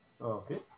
Okay